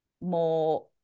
more